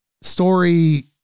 story